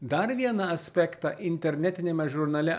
dar vieną aspektą internetiniame žurnale